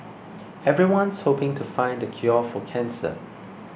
everyone's hoping to find the cure for cancer